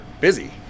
busy